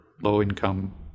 low-income